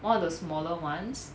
all the smaller ones